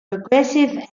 progressive